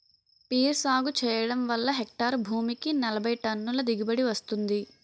peer సాగు చెయ్యడం వల్ల హెక్టారు భూమికి నలబైటన్నుల దిగుబడీ వస్తుంది